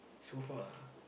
so far